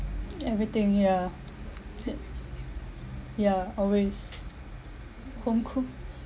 everything yeah ya always hong kong